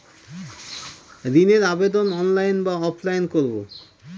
ঋণের আবেদন অনলাইন না অফলাইনে করব?